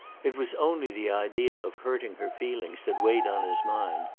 it was only the idea of hurting her feelings that weighed on his mind.